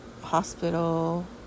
hospital